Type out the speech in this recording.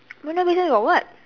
buona-vista got what